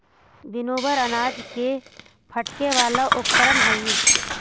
winnower अनाज के फटके वाला उपकरण हई